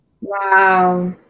Wow